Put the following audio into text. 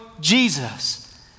Jesus